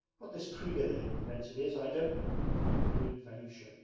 what this kriga they have invented is, i don't know concluded vanyusha,